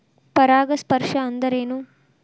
ಪರಾಗಸ್ಪರ್ಶ ಅಂದರೇನು?